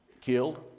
killed